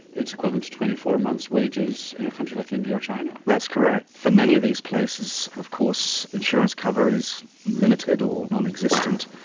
it is equivalent to twenty four months wages in a country like india or china. that's correct. for many of these places of course insurance cover is limited or non-existent,